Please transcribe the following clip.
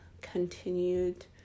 continued